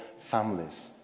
families